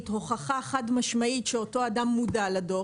והוכחה חד משמעית שאותו אדם מודע לדוח.